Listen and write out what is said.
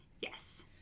Yes